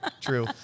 true